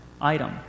item